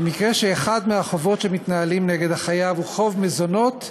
במקרה שאחד מהחובות שמתנהלים נגד החייב הוא חוב מזונות,